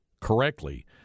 correctly